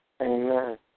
Amen